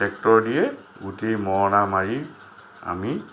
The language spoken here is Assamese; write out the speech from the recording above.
ট্ৰেক্টৰ দিয়ে উঠি মৰণা মাৰি আমি